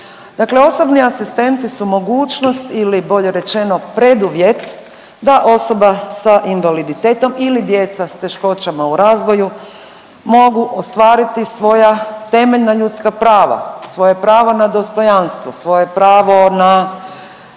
osobni asistenti su mogućnost ili bolje rečeno preduvjet da osoba sa invaliditetom ili djeca s teškoćama u razvoju mogu ostvariti svoja temeljna ljudska prava. Svoje pravo na dostojanstvo, svoje pravo na